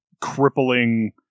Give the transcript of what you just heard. crippling